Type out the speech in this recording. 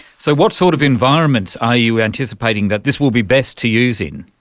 so what sort of environments are you anticipating that this will be best to use in?